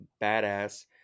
badass